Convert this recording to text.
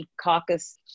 caucus